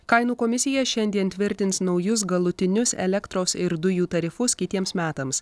kainų komisija šiandien tvirtins naujus galutinius elektros ir dujų tarifus kitiems metams